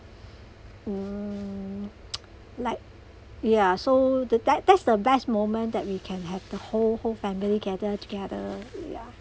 mm like yeah so the that that's the best moment that we can have the whole whole family gather together yeah